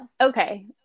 okay